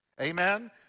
Amen